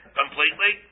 completely